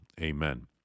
Amen